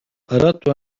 أردت